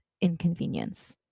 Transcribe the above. inconvenience